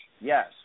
Yes